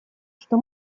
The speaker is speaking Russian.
что